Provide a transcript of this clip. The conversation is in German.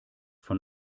von